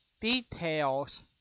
details